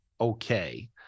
okay